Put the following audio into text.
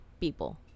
people